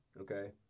okay